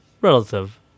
relative